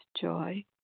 joy